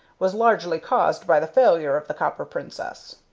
was largely caused by the failure of the copper princess.